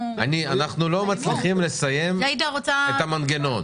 אנחנו לא מצליחים לסיים את המנגנון.